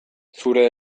zure